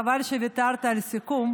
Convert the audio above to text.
חבל שוויתרת על הסיכום.